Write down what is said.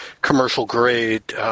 commercial-grade